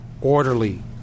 orderly